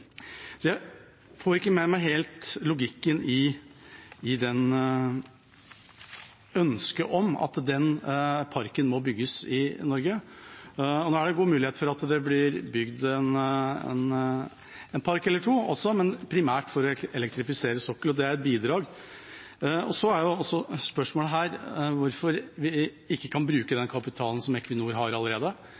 Så jeg får ikke helt med meg logikken i ønsket om at den parken må bygges i Norge. Nå er det også god mulighet for at det blir bygd en park eller to, men primært for å elektrifisere sokkelen, og det er et bidrag. Så er også spørsmålet hvorfor vi ikke kan bruke den kapitalen som Equinor har allerede,